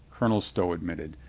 colonel stow ad mitted.